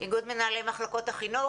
איגוד מנהלי מחלקות החינוך?